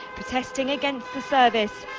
protesting against the service.